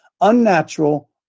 unnatural